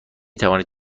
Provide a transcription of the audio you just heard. توانید